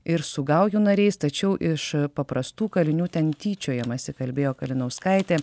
ir su gaujų nariais tačiau iš paprastų kalinių ten tyčiojamasi kalbėjo kalinauskaitė